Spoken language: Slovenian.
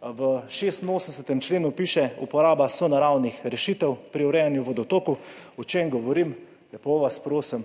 V 86. členu piše: uporaba sonaravnih rešitev pri urejanju vodotokov. O čem govorim? Lepo vas prosim,